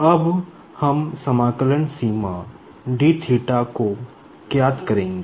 अब हम इंटीग्रेशन सीमा को ज्ञात करेगें